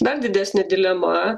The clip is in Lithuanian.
dar didesnė dilema